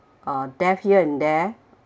uh death here and there